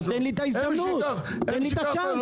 אז תן לי את ההזדמנות, תן לי את הצ'אנס.